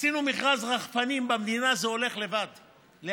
עשינו מכרז רחפנים במדינה, זה הולך לאט.